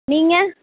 நீங்கள்